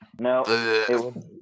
No